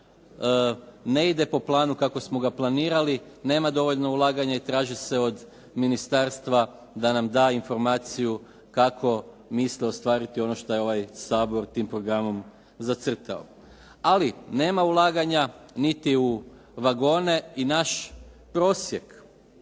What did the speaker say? ne ide po planu kako smo ga planirali. Nema dovoljno ulaganja i traži se od ministarstva da nam da informaciju kako misle ostvariti ono što je ovaj Sabor tim programom zacrtao. Ali nema ulaganja niti u vagone i naš prosjek,